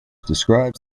describe